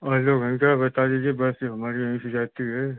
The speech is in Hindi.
और दो घंटा बता दीजिए बस ये हमारी यहीं से जाती है